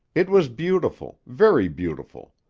it was beautiful, very beautiful,